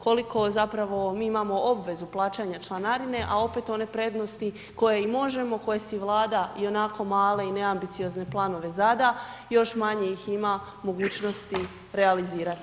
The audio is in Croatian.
Koliko zapravo mi imamo obvezu plaćanja članarine a opet one prednosti koje i možemo, koje si Vlada ionako male i neambiciozne planove zada, još manje ih ima mogućnosti realizirati?